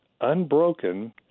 unbroken